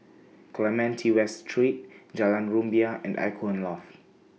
Clementi West Street Jalan Rumbia and Icon Loft